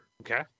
Okay